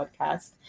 podcast